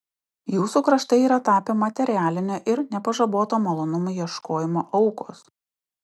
jūsų kraštai yra tapę materialinio ir nepažaboto malonumų ieškojimo aukos